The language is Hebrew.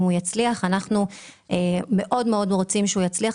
אנחנו מאוד רוצים שהוא יצליח.